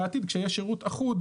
בעתיד כשיהיה שירות אחוד,